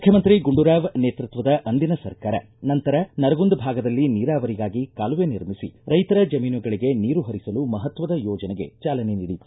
ಮುಖ್ಯಮಂತ್ರಿ ಗುಂಡೂರಾವ್ ನೇತೃತ್ವದ ಅಂದಿನ ಸರ್ಕಾರ ನಂತರ ನರಗುಂದ ಭಾಗದಲ್ಲಿ ನೀರಾವರಿಗಾಗಿ ಕಾಲುವೆ ನಿರ್ಮಿಸಿ ರೈತರ ಜಮೀನುಗಳಿಗೆ ನೀರು ಹರಿಸಲು ಮಹತ್ವದ ಯೋಜನೆಗೆ ಚಾಲನೆ ನೀಡಿತ್ತು